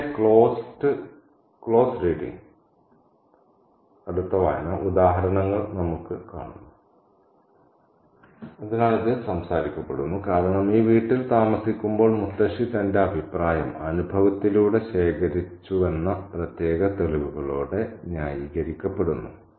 ഇവിടെ അടച്ച വായനാ ഉദാഹരണങ്ങൾ നമുക്ക് കാണുന്നു അതിനാൽ ഇത് സംസാരിക്കപ്പെടുന്നു കാരണം ഈ വീട്ടിൽ താമസിക്കുമ്പോൾ മുത്തശ്സി തന്റെ അഭിപ്രായം അനുഭവത്തിലൂടെ ശേഖരിച്ചുവെന്ന പ്രത്യേക തെളിവുകളോടെ ന്യായീകരിക്കപ്പെടുന്നു